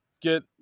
get